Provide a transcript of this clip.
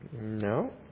No